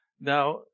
Now